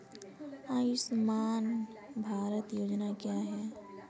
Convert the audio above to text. आयुष्मान भारत योजना क्या है?